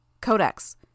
Codex